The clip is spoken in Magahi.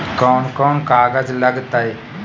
कौन कौन कागज लग तय?